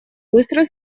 быстро